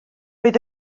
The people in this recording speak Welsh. oedd